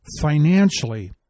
financially